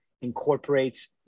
incorporates